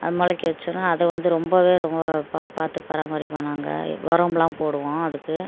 முளைக்க வச்சிடுவேன் காய் வந்து ரொம்பவே பா பார்த்து பராமரிப்போம் நாங்கள் உரம்லாம் போடுவோம் அதுக்கு